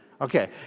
Okay